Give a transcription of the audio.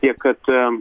tiek kad